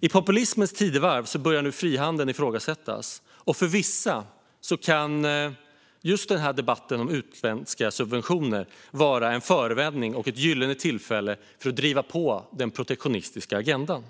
I populismens tidevarv börjar nu frihandeln ifrågasättas, och för vissa kan just debatten om utländska subventioner vara en förevändning för och ett gyllene tillfälle att driva på den protektionistiska agendan.